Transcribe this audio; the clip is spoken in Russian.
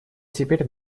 теперь